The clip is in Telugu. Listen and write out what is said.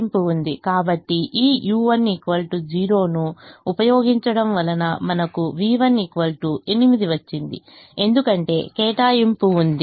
కాబట్టి ఈ u1 0 ను ఉపయోగించడం వలన మనకు v1 8 వచ్చింది ఎందుకంటే కేటాయింపు ఉంది